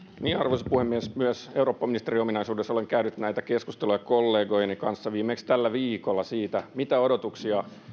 arvoisa puhemies myös minä eurooppaministerin ominaisuudessa olen käynyt näitä keskusteluja kollegojeni kanssa viimeksi tällä viikolla siitä mitä odotuksia